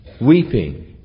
Weeping